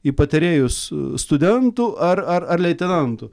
į patarėjus studentų ar ar leitenantų